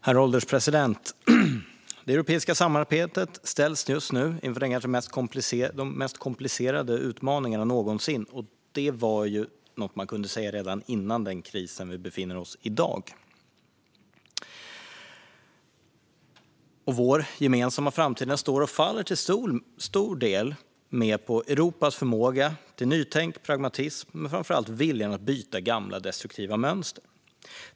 Herr ålderspresident! Det europeiska samarbetet ställs just nu inför de kanske mest komplicerade utmaningarna någonsin - detta kunde sägas redan före den kris vi i dag befinner oss i. Vår gemensamma framtid står och faller till stor del med Europas förmåga till nytänk, pragmatism och, framför allt, viljan att bryta gamla destruktiva mönster.